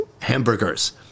hamburgers